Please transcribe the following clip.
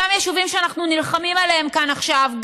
אותם יישובים שאנחנו נלחמים עליהם כאן עכשיו,